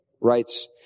writes